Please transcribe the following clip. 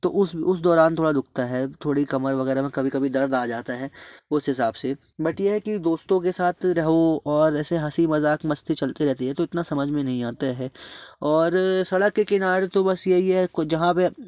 तो उस उस दौरान थोड़ा दुखता है कमर वगैरह में कभी कभी दर्द आ जाता है उस हिसाब से बट ये है कि दोस्तों के साथ रहो और अब ऐसे हंसी मजाक मस्ती चलती रहती है तो इतना समझ में नहीं आता है और सड़क के किनारे तो बस यही है जहाँ पे